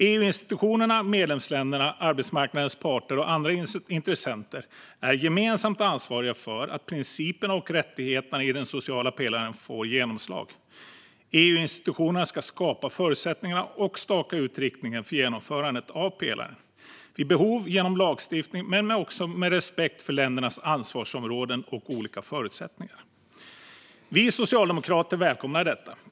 EU-institutionerna, medlemsländerna, arbetsmarknadens parter och andra intressenter är gemensamt ansvariga för att principerna och rättigheterna i den sociala pelaren får genomslag. EU-institutionerna ska skapa förutsättningarna och staka ut riktningen för genomförandet av pelaren, vid behov genom lagstiftning men med respekt för ländernas ansvarsområden och olika förutsättningar. Vi socialdemokrater välkomnar detta.